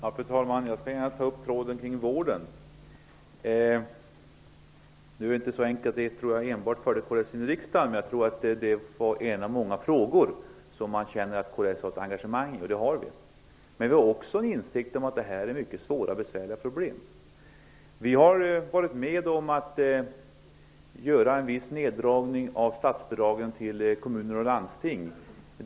Fru talman! Jag skall gärna ta upp frågan om vården. Det är inte så enkelt att enbart vårdfrågan förde kds in i riksdagen, men jag tror att det var en av många frågor som man kände att kds hade ett engagemang i. Det har vi. Men vi har också en insikt om att detta är mycket svåra problem. Vi har varit med om att göra en viss neddragning av statsbidragen till kommuner och landsting.